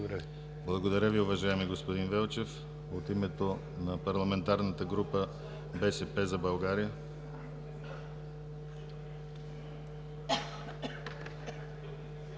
Благодаря Ви, уважаеми господин Велчев. От името на Парламентарната група на БСП за България.